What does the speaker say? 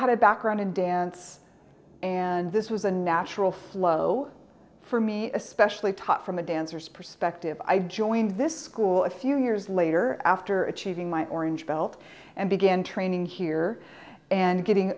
had a background in dance and this was a natural flow for me especially taught from the dancers perspective i joined this school a few years later after achieving my orange belt and began training here and getting